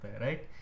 right